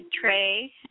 tray